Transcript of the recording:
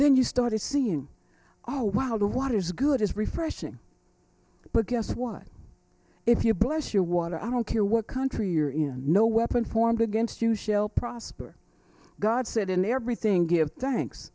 then you started seeing oh wow the water's good is refreshing but guess what if you bless your water i don't care what country you're in no weapon formed against you shell prosper god said in everything give thanks